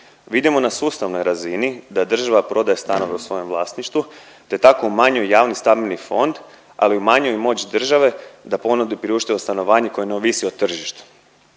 Vidimo na sustavnoj razini da država prodaje stanove u svojem vlasništvu te tako umanjuje javni stambeni fond, ali i umanjuje i moć države da ponudi priuštivo stanovanje koje ne ovisi o tržištu.